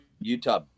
Utah